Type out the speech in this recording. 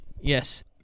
Yes